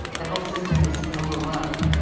the health system is overrun.